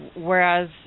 Whereas